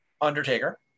Undertaker